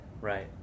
Right